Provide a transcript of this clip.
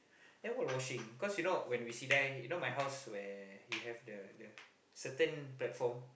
then while washing cause you know when we sidai you know my house where you have the the certain platform